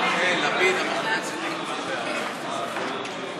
מס' 48) (הגבלת הזכות להיבחר בשל הרשעה בעבירת טרור או ביטחון חמורה),